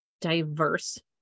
diverse